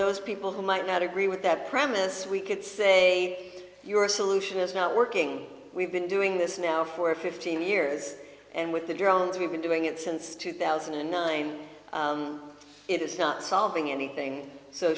those people who might not agree with that premise we could say your solution is not working we've been doing this now for fifteen years and with the drones we've been doing it since two thousand and nine it is not solving anything so